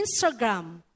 Instagram